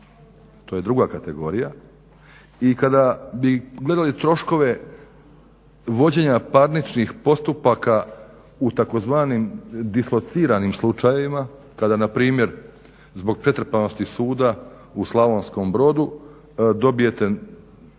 to je druga kategorija. I kada bi gledali troškove vođenja parničnih postupaka u tzv. dislociranim slučajevima kada npr. zbog pretrpanosti suda u Slavonskom Brodu dobijete rješenje